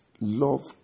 Love